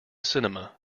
cinema